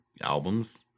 albums